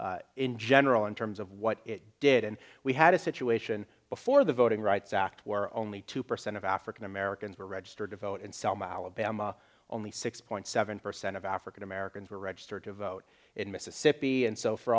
legislation in general in terms of what it did and we had a situation before the voting rights act where only two percent of african americans were registered to vote in selma alabama only six point seven per se and of african americans were registered to vote in mississippi and so for